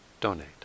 donate